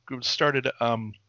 started